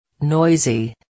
Noisy